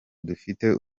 dufite